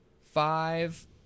five